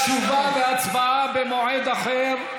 תשובה והצבעה במועד אחר.